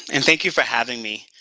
and thank you for having me.